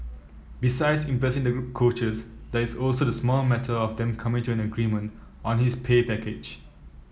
besides impressing the coaches there is also the small matter of them coming to an agreement on his pay package